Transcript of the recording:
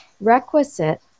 requisite